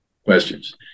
Questions